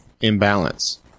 imbalance